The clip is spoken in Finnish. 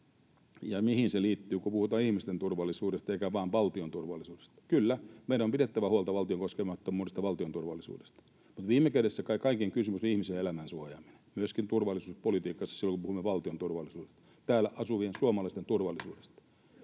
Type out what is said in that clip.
ja mihin se liittyy, kun puhutaan ihmisten turvallisuudesta eikä vain valtion turvallisuudesta. Kyllä, meidän on pidettävä huolta valtion koskemattomuudesta ja valtion turvallisuudesta, mutta viime kädessä kai kaiken kysymys on ihmisen elämän suojaaminen, myöskin turvallisuuspolitiikassa silloin, kun puhumme valtion turvallisuudesta ja täällä asuvien suomalaisten turvallisuudesta.